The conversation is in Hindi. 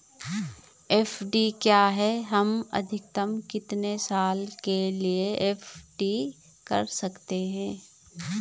एफ.डी क्या है हम अधिकतम कितने साल के लिए एफ.डी कर सकते हैं?